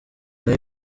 live